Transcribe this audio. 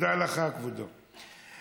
תודה לך, כבודו.